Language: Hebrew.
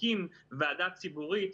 הקים ועדה ציבורית,